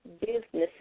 businesses